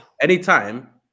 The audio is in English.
anytime